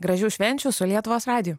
gražių švenčių su lietuvos radiju